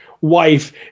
wife